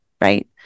Right